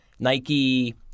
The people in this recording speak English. Nike